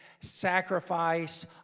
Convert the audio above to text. sacrifice